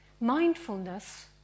Mindfulness